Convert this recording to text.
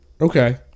okay